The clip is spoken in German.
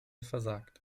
versagt